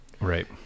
Right